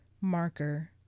marker